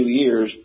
years